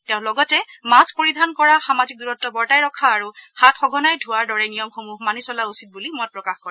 তেওঁ লগতে মাস্থ পৰিধান কৰা সামাজিক দূৰত্ব বৰ্তাই ৰখা আৰু হাত সঘনাই ধোৱাৰ দৰে নিয়মসমূহ মানি চলা উচিত বুলি মত প্ৰকাশ কৰে